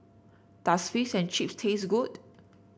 does Fish and Chips taste good